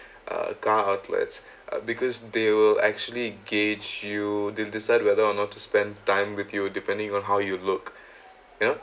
uh car outlets uh because they will actually gauge you de~ decide whether or not to spend time with you depending on how you look you know